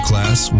Class